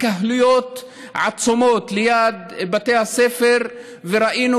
התקהלויות עצומות ליד בתי הספר וראינו